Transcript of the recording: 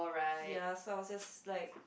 ya so I was just like